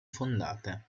fondate